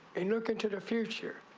a look into the future.